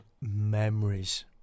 memories